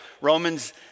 Romans